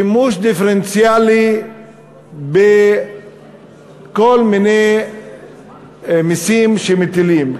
שימוש דיפרנציאלי בכל מיני מסים שמטילים,